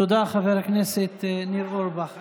תודה, חבר הכנסת ניר אורבך.